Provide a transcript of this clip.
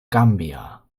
gambia